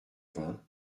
vingts